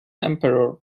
emperor